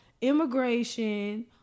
immigration